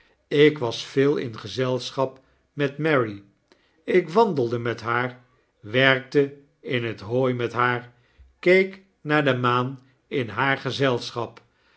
ik was veel in gezelschap met mary ik wandelde met haar werkte in t hooi met haar keek naar de maan in haar gezelschap